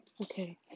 Okay